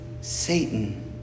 Satan